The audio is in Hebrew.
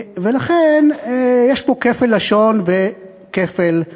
ולכן יש פה כפל לשון וכפל מבצעים,